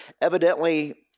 Evidently